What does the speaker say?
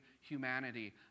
humanity